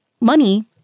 money